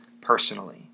personally